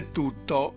tutto